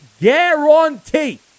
guarantee